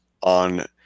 on –